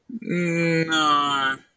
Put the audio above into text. No